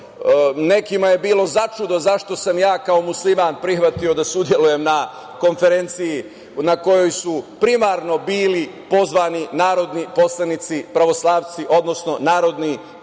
Nekima je bilo začudo zašto sam ja kao musliman prihvatio da učestvujem na konferenciji na kojoj su primarno bili pozvani narodni poslanici pravoslavci, odnosno narodni poslanici